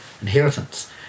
inheritance